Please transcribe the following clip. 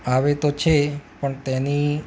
આવે તો છે પણ તેની